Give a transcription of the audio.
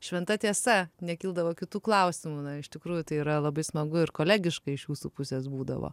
šventa tiesa nekildavo kitų klausimų na iš tikrųjų tai yra labai smagu ir kolegiška iš jūsų pusės būdavo